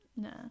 No